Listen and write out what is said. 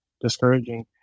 discouraging